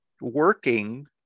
working